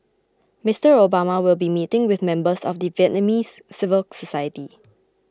Mister Obama will be meeting with members of the Vietnamese civil society